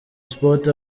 sports